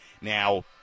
now